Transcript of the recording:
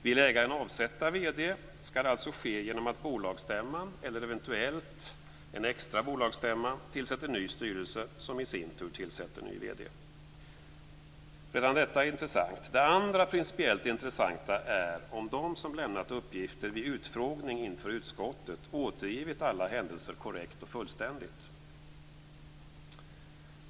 Vill ägaren avsätta vd skall det alltså ske genom att bolagsstämman, eller eventuellt en extra bolagsstämma, tillsätter ny styrelse som i sin tur tillsätter ny vd. Redan detta är intressant. Det andra principiellt intressanta är om de som lämnat uppgifter vid utfrågning inför utskottet återgivit alla händelser korrekt och fullständigt.